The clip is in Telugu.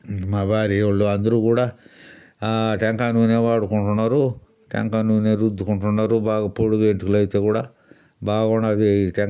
మా భార్యోళ్ళు అందరూ కూడా ఆ టెంకాయ నూనె వాడుకుంటున్నారు టెంకాయ నూనె రుద్దుకుంటున్నారు బాగా పొడుగు వెంట్రుకులైతే బాగున్నది ఈ టెం